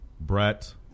Brett